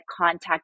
contact